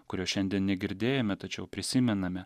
kurio šiandien negirdėjome tačiau prisimename